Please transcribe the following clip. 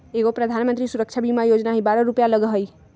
एगो प्रधानमंत्री सुरक्षा बीमा योजना है बारह रु लगहई?